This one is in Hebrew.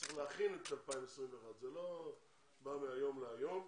צריך להכין את 2021, זה לא בא מהיום להיום.